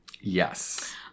Yes